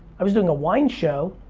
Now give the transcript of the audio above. i was doing a wine show,